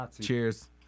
cheers